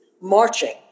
marching